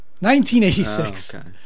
1986